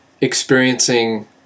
experiencing